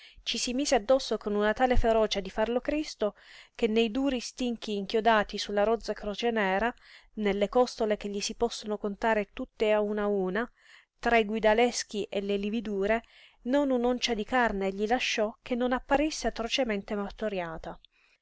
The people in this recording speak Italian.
ci si mise addosso con una tale ferocia di farlo cristo che nei duri stinchi inchiodati su la rozza croce nera nelle costole che gli si possono contare tutte a una a una tra i guidaleschi e le lividure non un'oncia di carne gli lasciò che non apparisse atrocemente martoriata